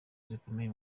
zikomeye